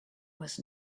was